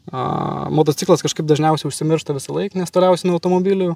a motociklas kažkaip dažniausiai užsimiršta visąlaik nes toliausiai nuo automobilių